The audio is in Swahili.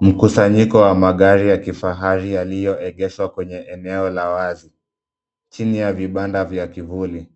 Mkusanyiko wa magari ya kifahari yaliyoegeshwa kwenye eneo la wazi chini ya vibanda cha kivuli.